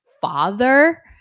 father